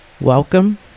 welcome